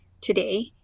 today